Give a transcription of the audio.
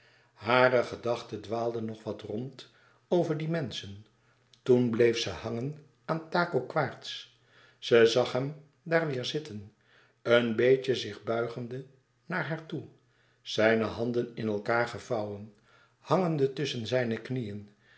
hare gedachte dwaalde nog wat rond over die menschen toen bleef ze hangen aan taco quaerts ze zag hem daar weêr zitten een beetje zich buigende naar haar toe zijne handen in elkaâr gevouwen hangende tusschen zijne knieën